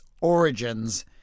origins